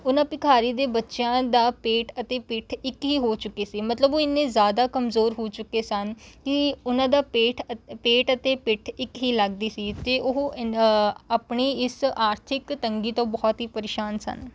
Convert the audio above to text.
ਉਹਨਾਂ ਭਿਖਾਰੀ ਦੇ ਬੱਚਿਆਂ ਦਾ ਪੇਟ ਅਤੇ ਪਿੱਠ ਇੱਕ ਹੀ ਹੋ ਚੁੱਕੇ ਸੀ ਮਤਲਬ ਉਹ ਇੰਨੇ ਜ਼ਿਆਦਾ ਕਮਜ਼ੋਰ ਹੋ ਚੁੱਕੇ ਸਨ ਕਿ ਉਹਨਾਂ ਦਾ ਪੇਟ ਪੇਟ ਅਤੇ ਪਿੱਠ ਇੱਕ ਹੀ ਲੱਗਦੀ ਸੀ ਅਤੇ ਉਹ ਆਪਣੀ ਇਸ ਆਰਥਿਕ ਤੰਗੀ ਤੋਂ ਬਹੁਤ ਹੀ ਪਰੇਸ਼ਾਨ ਸਨ